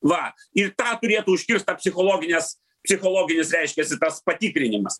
va ir tą turėtų užkirst ta psichologines psichologinis reiškiasi tas patikrinimas